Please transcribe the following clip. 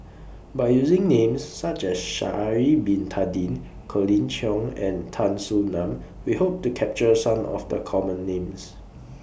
By using Names such as Sha'Ari Bin Tadin Colin Cheong and Tan Soo NAN We Hope to capture Some of The Common Names